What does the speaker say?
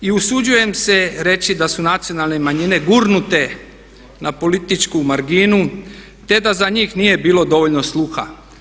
I usuđujem se reći da su nacionalne manjine gurnute na političku marginu te da za njih nije bilo dovoljno sluha.